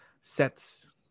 sets